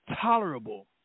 tolerable